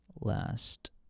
last